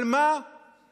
על מה ולמה?